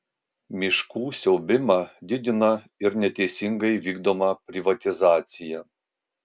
miškų siaubimą didina ir neteisingai vykdoma privatizacija